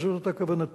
וזאת היתה כוונתי,